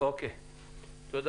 תודה